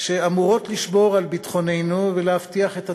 שאמורות לשמור על ביטחוננו ולהבטיח את עתידנו,